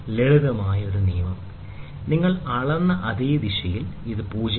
ലളിതമായ ഒരു നിയമം നിങ്ങൾ അളന്ന അതേ ദിശയിൽ ഇത് പൂജ്യമാണ്